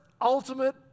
ultimate